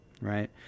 right